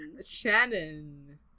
Shannon